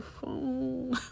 phone